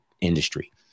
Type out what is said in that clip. industry